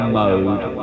mode